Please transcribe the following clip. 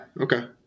okay